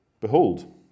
behold